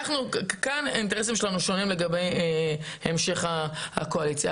כאן האינטרסים שלנו שונים לגבי המשך הקואליציה,